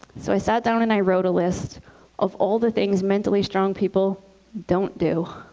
so i sat down and i wrote a list of all the things mentally strong people don't do.